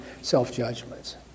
self-judgments